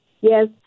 Yes